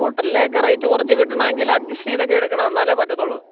ഹോട്ടലിലേക്ക് റേറ്റ് കുറച്ച് കിട്ടണമെങ്കിൽ അഡ്ജസ്റ്റ് ചെയ്ത് ഒക്കെ എടുക്കണം എന്നാലേ പറ്റത്തുള്ളൂ